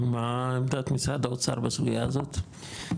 מה עמדת משרד האוצר בסוגיה הזאת?